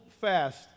fast